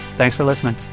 thanks for listening